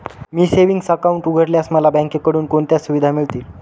मी savings account उघडल्यास मला बँकेकडून कोणत्या सुविधा मिळतील?